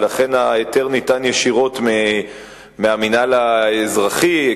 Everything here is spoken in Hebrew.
ולכן ההיתר ניתן ישירות מהמינהל האזרחי,